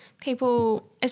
people